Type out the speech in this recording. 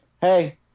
hey